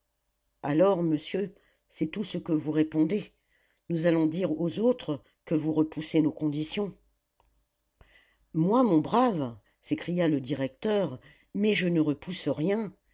alors monsieur c'est tout ce que vous répondez nous allons dire aux autres que vous repoussez nos conditions moi mon brave s'écria le directeur mais je ne repousse rien